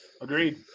Agreed